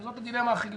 זאת הדילמה הכי גדולה.